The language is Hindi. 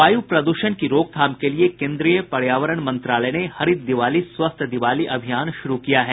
वायु प्रदूषण की रोकथाम के लिए केन्द्रीय पर्यावरण मंत्रालय ने हरित दिवाली स्वस्थ दिवाली अभियान शुरू किया है